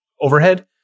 overhead